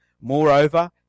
Moreover